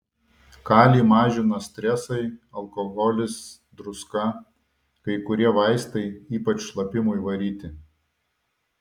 kalį mažina stresai alkoholis druska kai kurie vaistai ypač šlapimui varyti